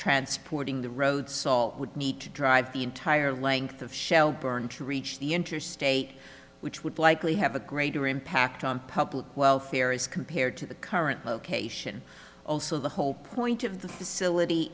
transporting the road salt would need to drive the entire length of shelburne to reach the interstate which would likely have a greater impact on public welfare as compared to the current location also the whole point of the facility